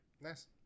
Nice